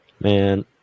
Man